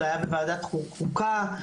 זה היה בוועדת חוקה,